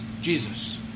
Jesus